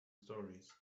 stories